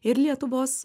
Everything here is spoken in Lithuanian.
ir lietuvos